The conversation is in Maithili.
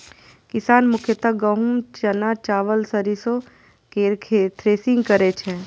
किसान मुख्यतः गहूम, चना, चावल, सरिसो केर थ्रेसिंग करै छै